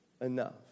enough